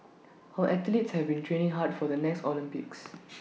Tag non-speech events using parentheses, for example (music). our athletes have been training hard for the next Olympics (noise)